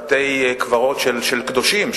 בתי-קברות של קדושים,